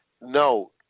No